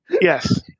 Yes